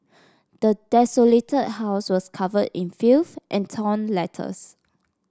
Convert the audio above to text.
the desolated house was covered in filth and torn letters